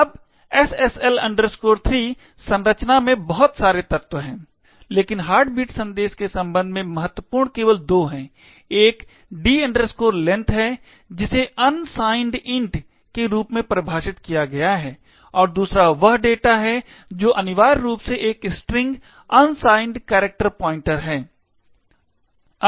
अब SSL 3 संरचना में बहुत सारे तत्व हैं लेकिन हार्टबीट संदेश के संबंध में महत्वपूर्ण केवल दो हैं एक d length है जिसे अनसाइन्ड इंट के रूप में परिभाषित किया गया है और दूसरा वह डेटा है जो अनिवार्य रूप से एक स्ट्रिंग अनसाइन्ड कैरेक्टर पॉइंटर है